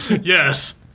Yes